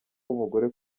umugore